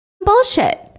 Bullshit